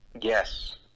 Yes